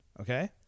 Okay